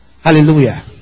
Hallelujah